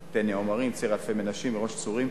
טנא-עומרים, ציר אלפי-מנשה וראש-צורים.